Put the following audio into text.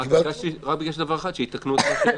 רק שיתקנו את מה שהעליתי.